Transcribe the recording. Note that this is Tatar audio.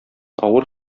авыр